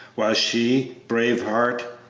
while she, brave heart,